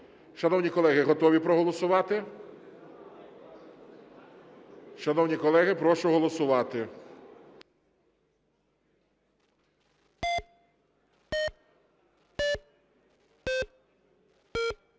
Шановні колеги, готові проголосувати? Шановні колеги, прошу голосувати.